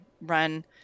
run